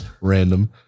random